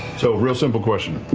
so real simple question,